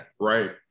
right